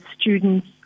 students